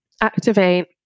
activate